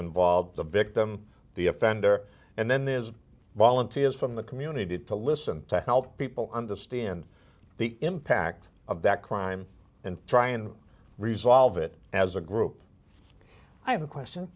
involved the victim the offender and then there's volunteers from the community did to listen to help people understand the impact of that crime and try and resolve it as a group i have a question